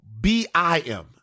B-I-M